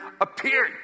appeared